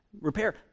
repair